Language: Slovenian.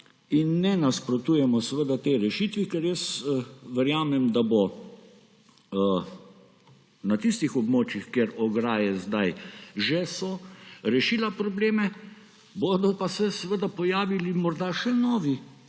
in ne nasprotujemo tej rešitvi, ker jaz verjamem, da bo na tistih območjih, kjer ograje sedaj že so, rešila probleme; bodo pa se pojavili morda še novi,